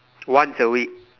once a week